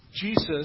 Jesus